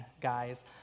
guys